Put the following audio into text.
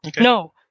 No